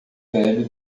velho